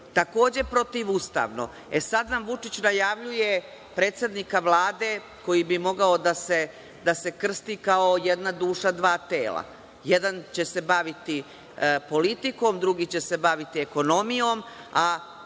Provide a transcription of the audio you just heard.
takođe protivustavno. E, sada nam Vučić najavljuje predsednika Vlade koji bi mogao da se krsti kao jedna duša, dva tela. Jedan će se baviti politikom, drugi će se baviti ekonomijom, a